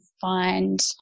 find